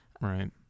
Right